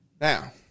Now